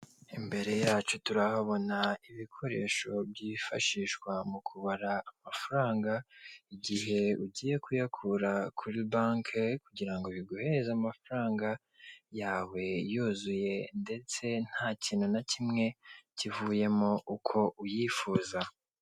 Imbere yacu turahabona ibikoresho byifashishwa mu kubara amafaranga, igihe ugiye kuyakura kuri banki kugira ngo biguheze amafaranga yawe yuzuye ndetse nta kintu na kimwe kivuyemo uko uyifuza.